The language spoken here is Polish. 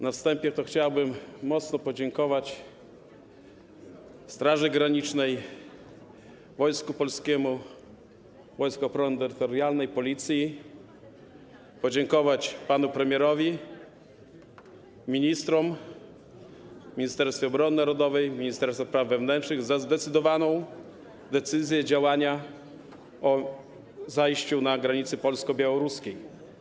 Na wstępie chciałbym bardzo podziękować Straży Granicznej, Wojsku Polskiemu, Wojskom Obrony Terytorialnej, Policji, podziękować panu premierowi, ministrom, Ministerstwu Obrony Narodowej, ministerstwu spraw wewnętrznych za zdecydowaną decyzję działania, jeśli chodzi o zajście na granicy polsko-białoruskiej.